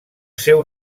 seu